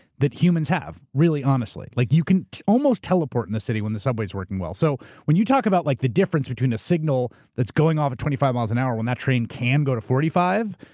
that humans have. really, honestly. like you can almost teleport in the city when the subway's working well. so when you talk about like the difference between a signal that's going off at twenty five miles an hour when that train can go to forty five,